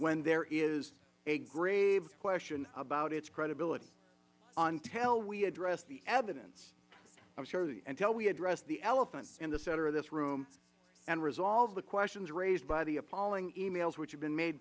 when there is a grave question about its credibility until we address the evidence i am sorry until we address the elephant in the center of this room and resolve the questions raised by the appalling e mails which have been made